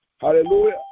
Hallelujah